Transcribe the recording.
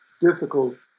difficult